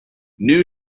new